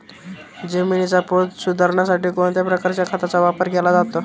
जमिनीचा पोत सुधारण्यासाठी कोणत्या प्रकारच्या खताचा वापर केला जातो?